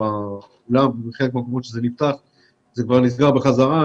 חלק מהמקומות שנפתחו כבר נסגרו חזרה,